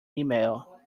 email